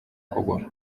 kugura